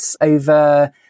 over